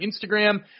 Instagram